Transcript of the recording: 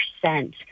percent